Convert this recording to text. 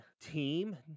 team